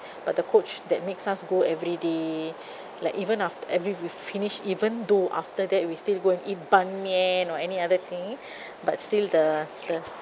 but the coach that makes us go everyday like even after every we've finished even though after that we still go and eat ban mian or any other thing but still the the